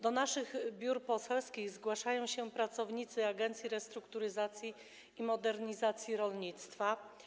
Do naszych biur poselskich zgłaszają się pracownicy Agencji Restrukturyzacji i Modernizacji Rolnictwa.